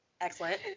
excellent